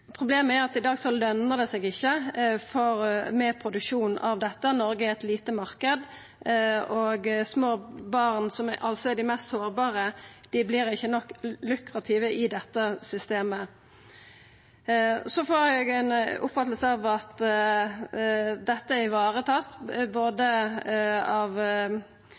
Problemet er at i dag løner det seg ikkje med produksjon av dette. Noreg er ein liten marknad, og små barn, som er dei mest sårbare, er ikkje lukrative nok i dette systemet. Så får eg både av representanten Sveinung Stensland og av statsråden ei oppfatning av at dette er